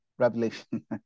Revelation